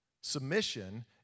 Submission